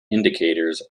indicators